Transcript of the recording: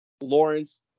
Lawrence